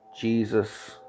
jesus